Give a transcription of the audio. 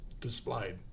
displayed